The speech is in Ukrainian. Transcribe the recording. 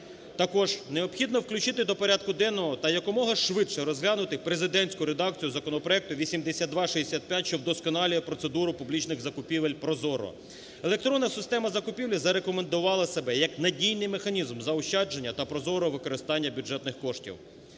Також необхідно включити до порядку денного та якомога швидше розглянути президентську редакцію законопроекту 8265, що вдосконалює процедуру публічних закупівель ProZorro. Електронна система закупівлі зарекомендувала себе як надійний механізм заощадження та прозорого використання бюджетних коштів.